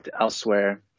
elsewhere